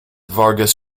vargas